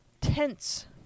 tents